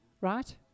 right